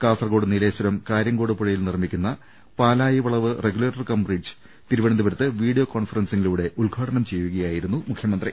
കാസർകോട് നീലേശ്വരം കാര്യംകോട് പുഴയിൽ നിർമ്മിക്കുന്ന പാലായി വളവ് റെഗുലേറ്റർ കം ബ്രിഡ്ജ് തിരുവനന്തപുരത്ത് വീഡിയോ കോൺഫറൻസി ങ്ങിലൂടെ ഉദ്ഘാടനം ചെയ്യുകയായിരുന്നു മുഖ്യമന്ത്രി